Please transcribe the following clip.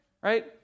Right